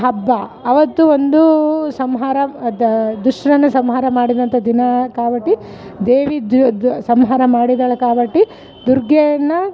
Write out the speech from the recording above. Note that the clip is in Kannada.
ಹಬ್ಬ ಅವತ್ತು ಒಂದು ಸಂಹಾರ ಅದು ದೂಶ್ರನ್ನ ಸಂಹಾರ ಮಾಡಿದಂಥ ದಿನ ಕಾವಟಿ ದೇವಿ ದ್ಯು ದು ಸಂಹಾರ ಮಾಡಿದಳು ಕಾವಟಿ ದುರ್ಗೆಯನ್ನ